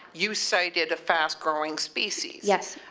you cited a fast growing species. yes.